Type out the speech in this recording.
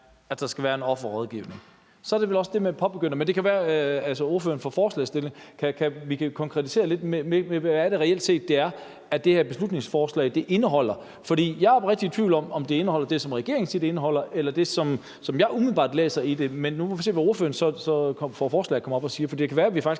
at der skal være en offerrådgivning, så er det vel også det med at påbegynde det. Men det kan være, at forslagsstilleren kan konkretisere lidt, hvad det reelt set er, det her beslutningsforslag indeholder. For jeg er oprigtigt i tvivl om, om det indeholder det, som regeringen siger, det indeholder, eller det, som jeg umiddelbart læser i det. Men nu må vi se, hvad forslagsstilleren kommer op og siger, for det kan være, vi faktisk